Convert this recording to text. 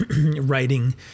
writing